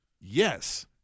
Yes